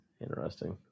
Interesting